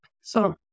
So-